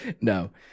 No